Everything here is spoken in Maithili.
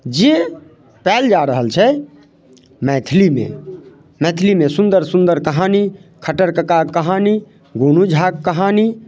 जे पायल जा रहल छै मैथिलीमे मैथिलीमे सुन्दर सुन्दर कहानी खट्टर काकाक कहानी गोनू झाक कहानी